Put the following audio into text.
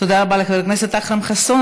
תודה רבה לחבר הכנסת אכרם חסון.